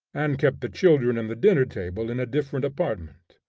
and kept the children and the dinner-table in a different apartment.